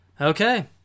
Okay